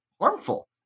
harmful